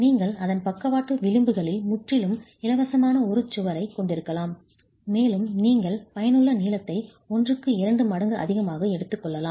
நீங்கள் அதன் பக்கவாட்டு விளிம்புகளில் முற்றிலும் இலவசமான ஒரு சுவரைக் கொண்டிருக்கலாம் மேலும் நீங்கள் பயனுள்ள நீளத்தை l க்கு இரண்டு மடங்கு அதிகமாக எடுத்துக் கொள்ளலாம்